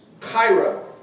Cairo